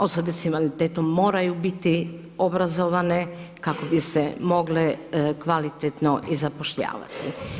Osobe s invaliditetom moraju biti obrazovane kako bi se mogle kvalitetno i zapošljavati.